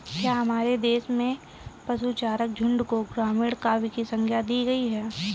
क्या हमारे देश में पशुचारक झुंड को ग्रामीण काव्य की संज्ञा दी गई है?